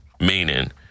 Meaning